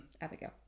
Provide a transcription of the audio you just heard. Abigail